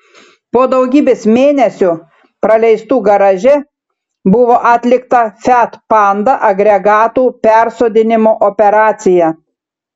po daugybės mėnesių praleistų garaže buvo atlikta fiat panda agregatų persodinimo operacija